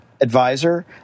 advisor